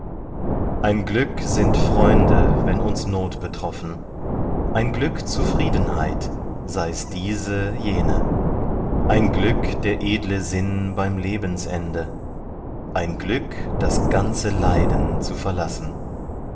ein glück sind freunde wenn uns not betroffen ein glück zufriedenheit sei's diese jene ein glück der edle sinn beim lebensende ein glück das ganze leiden zu verlassen